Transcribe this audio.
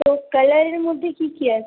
তো কালারের মধ্যে কী কী আছে